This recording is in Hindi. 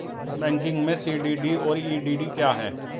बैंकिंग में सी.डी.डी और ई.डी.डी क्या हैं?